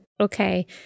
Okay